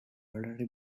rivalry